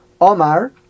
Omar